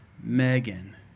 Megan